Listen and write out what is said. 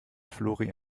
flori